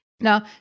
Now